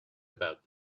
about